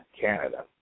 Canada